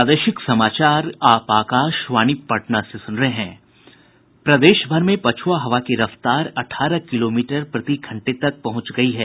प्रदेशभर में पछ्आ हवा की रफ्तार अठारह किलोमीटर प्रति घंटे तक पहुंच गयी है